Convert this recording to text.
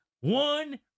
One